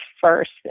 first